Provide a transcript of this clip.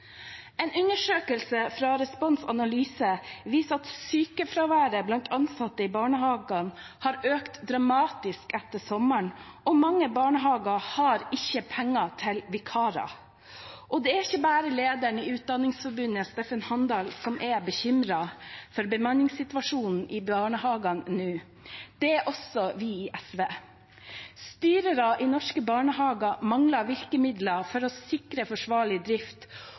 En undersøkelse fra Respons Analyse viser at sykefraværet blant ansatte i barnehagene har økt dramatisk etter sommeren, og mange barnehager har ikke penger til vikarer. Og det er ikke bare lederen i Utdanningsforbundet, Steffen Handal, som er bekymret for bemanningssituasjonen i barnehagene nå, det er også vi i SV. Styrere i norske barnehager mangler virkemidler for å sikre forsvarlig drift,